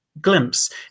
glimpse